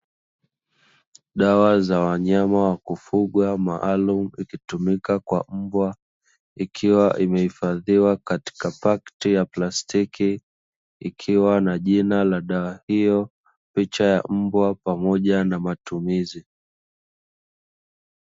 Dawa za wanyama wa kufugwa maalumu zikitumika kwa mbwa zikiwa, zimehifadhiwa katika pakiti ya plastiki ikiwa na jina la dawa hiyo, picha ya mbwa, pamoja na matumizi.